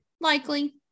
Likely